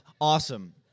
Awesome